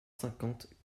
cinquante